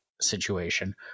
situation